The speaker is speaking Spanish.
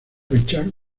richard